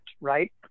right